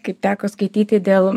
kaip teko skaityti dėl